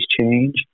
change